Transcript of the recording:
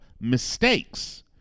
mistakes